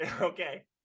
okay